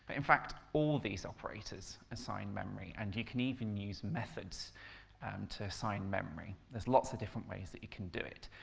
but in fact, all these operators assign memory, and you can even use methods to assign memory. there's lots of different ways that you can do it,